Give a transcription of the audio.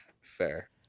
fair